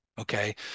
Okay